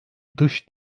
dış